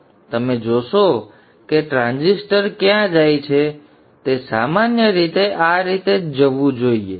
તેથી તમે જોશો કે ટ્રાન્ઝિસ્ટર ક્યાં જાય છે તે સામાન્ય રીતે આ રીતે જ જવું જોઈએ